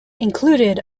included